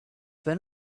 when